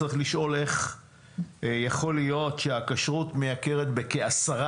צריך לשאול איך יכול להיות שהכשרות מייקרת בכ-10%.